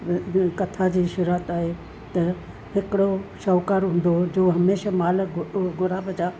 कथा जी शुरुआति आहे त हिकिड़ो शाहूकारु हूंदो हुओ जो हमेशा माल घुराब जा